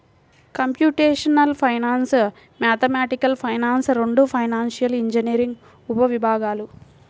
computational finance, mathematical finance రెండూ financial engineering ఉపవిభాగాలు